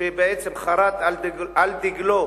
שבעצם חרת על דגלו